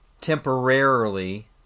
temporarily